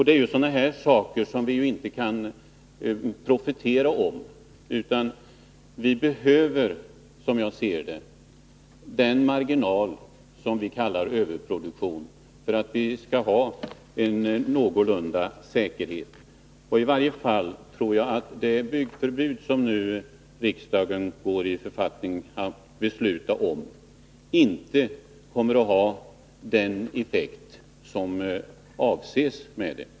Det är sådana här saker som vi inte kan profetera om. Vi behöver, som jag ser det, den marginal som vi kallar överproduktion för att vi skall ha en någorlunda säkerhet. Jag tror inte att det byggförbud som riksdagen nu går i författning om att besluta om kommer att ha den effekt som avses med det.